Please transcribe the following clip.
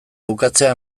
bukatzea